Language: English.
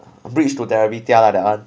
bridge to ah that one